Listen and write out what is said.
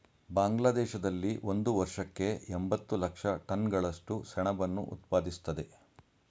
ಬಾಂಗ್ಲಾದೇಶದಲ್ಲಿ ಒಂದು ವರ್ಷಕ್ಕೆ ಎಂಬತ್ತು ಲಕ್ಷ ಟನ್ಗಳಷ್ಟು ಸೆಣಬನ್ನು ಉತ್ಪಾದಿಸ್ತದೆ